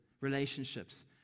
Relationships